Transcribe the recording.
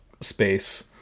space